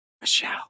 Michelle